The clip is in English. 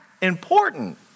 important